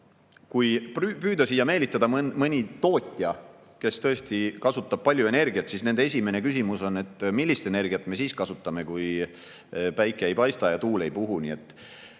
kui püüda siia meelitada mõni tootja, kes tõesti kasutab palju energiat, siis tema esimene küsimus on, millist energiat me kasutame siis, kui päike ei paista ja tuul ei puhu.